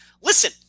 Listen